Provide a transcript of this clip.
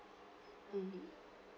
mmhmm